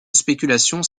spéculations